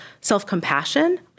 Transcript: self-compassion